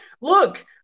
look